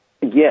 yes